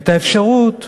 את האפשרות